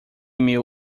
meu